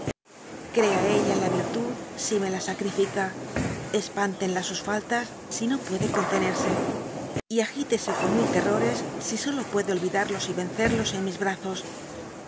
crea ella en la virtud si me la sacrifica j espántenla sus faltas si no puede contenerse y agítese con mil terrores si solo puede olvidarlos y vencerlos en mis brazos